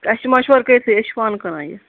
اسہِ چھُ مَشورٕ کٔرِتھٕے أسۍ چھِ پانہٕ کٕنان یہِ